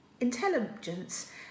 Intelligence